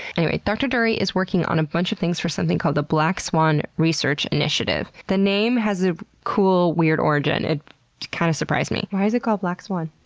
anyway, dr. durie is working on a bunch of things for something called the black swan research initiative. the name has a cool weird origin. it kind of surprised me. why is it called black swan?